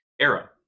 era